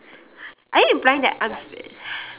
are you implying that I'm f~